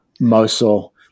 Mosul